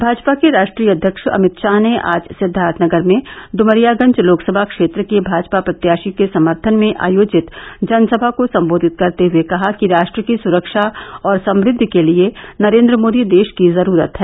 भाजपा के राश्ट्रीय अध्यक्ष अमित षाह ने आज सिद्दार्थनगर में इमरियागंज लोकसभा क्षेत्र के भाजपा प्रत्याषी के समर्थन में आयोजित जनसभा को सम्बोधित करते हये कहा कि राश्ट्र की सुरक्षा और समुद्धि के लिये नरेन्द्र मोदी देष की जरूरत हैं